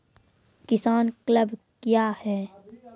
किसान क्लब क्या हैं?